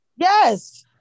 Yes